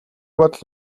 бодол